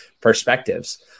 perspectives